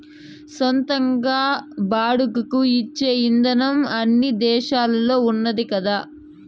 సొంతంగా బాడుగకు ఇచ్చే ఇదానం అన్ని దేశాల్లోనూ ఉన్నాది కదా